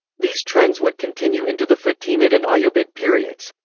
these trends would continue into the fatimid and ayyubid periods.